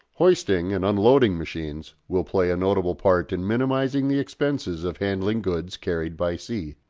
hoisting and unloading machines will play a notable part in minimising the expenses of handling goods carried by sea.